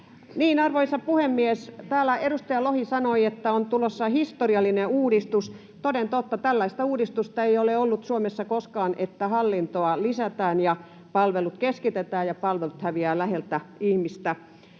Arvoisa puhemies! Täällä edustaja Lohi sanoi, että on tulossa historiallinen uudistus. Toden totta, tällaista uudistusta ei ole ollut Suomessa koskaan, että hallintoa lisätään ja palvelut keskitetään ja palvelut häviävät läheltä ihmistä.